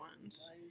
ones